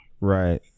Right